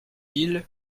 ils